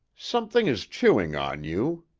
something is chewing on you,